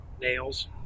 nails